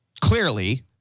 clearly